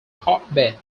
hotbed